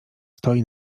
stoi